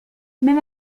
même